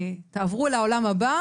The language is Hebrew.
תעברו לעולם הבא.